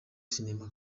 sinema